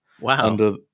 Wow